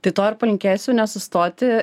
tai to ir palinkėsiu nesustoti